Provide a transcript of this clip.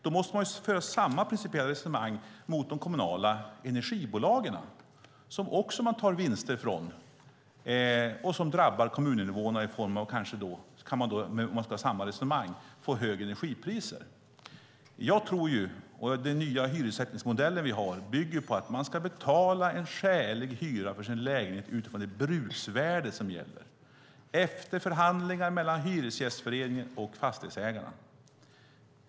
Då måste man föra samma principiella resonemang med de kommunala energibolagen som man också tar vinster från och som kanske drabbar kommuninvånare i form av högre energipriser. Den nya hyressättningsmodell som vi har bygger på att man ska betala en skälig hyra för sin lägenhet utifrån det bruksvärde som gäller efter förhandlingar mellan Hyresgästföreningen och fastighetsägarna.